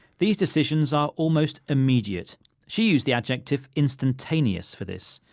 these decisions are almost immediate she used the adjective instantaneous for this.